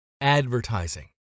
advertising